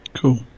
Cool